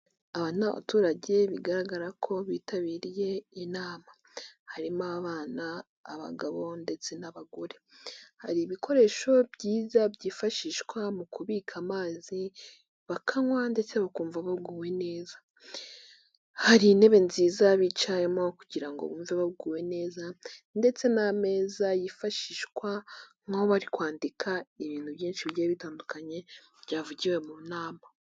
Aba n'abaturage bigaragara ko bitabiriye iyi nama, harimo abana, abagabo ndetse n'abagore. Hari ibikoresho byiza byifashishwa mu kubika amazi bakanywa ndetse bakumva baguwe neza. Hari intebe nziza bicayemo kugira ngo bumve baguwe neza ndetse n'ameza yifashishwa bari kwandika ibintu byinshi bigiye bitandukanye byavugiwe mu inama.